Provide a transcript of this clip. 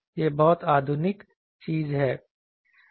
यह बहुत आधुनिक चीज है